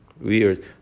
Weird